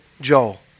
Joel